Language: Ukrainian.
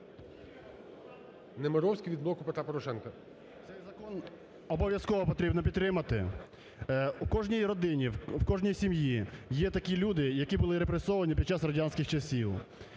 Немировський від "Блоку Петра Порошенка". 11:56:40 НЕМИРОВСЬКИЙ А.В. Обов'язково потрібно підтримати. У кожній родині, у кожній сім'ї є такі люди, які були репресовані під час радянських часів.